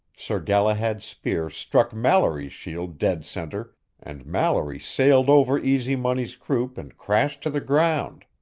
sir galahad's spear struck mallory's shield dead center and mallory sailed over easy money's croup and crashed to the ground.